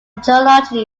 geology